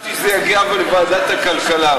התעקשתי שזה יגיע לוועדת הכלכלה,